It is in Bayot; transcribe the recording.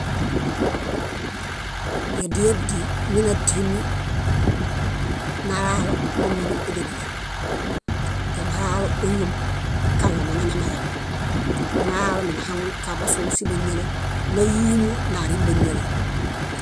. Yádilaḃudi mínadiemi nalaro mómuiniedoḃale, tenalalo óyom kaɭomonañamereŋ. Minalalomi nahaŋundo siġaḃosu báñiale náyuumu nárimbañale.